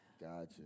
Gotcha